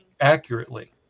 accurately